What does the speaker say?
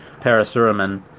Parasuraman